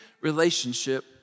relationship